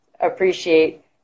appreciate